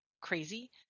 crazy